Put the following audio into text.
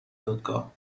دادگاه